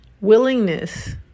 Willingness